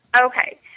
Okay